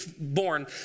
born